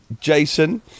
Jason